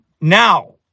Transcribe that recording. Now